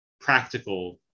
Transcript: practical